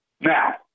Now